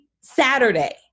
saturday